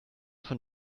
von